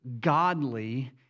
godly